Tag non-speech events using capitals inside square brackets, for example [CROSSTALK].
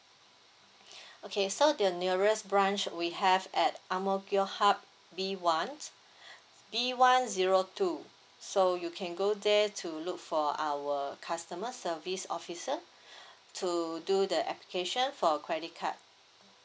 [BREATH] okay so the nearest branch we have at ang mo kio hub B one [BREATH] B one zero two so you can go there to look for our customer service officer [BREATH] to do the application for credit card